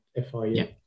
FIU